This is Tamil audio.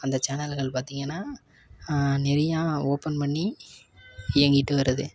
அந்த சேனல்கள் பார்த்தீங்கன்னா நிறையா ஓபன் பண்ணி என் கிட்டே வர்றது